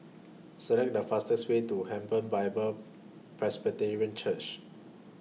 Select The fastest Way to Hebron Bible Presbyterian Church